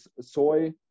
soy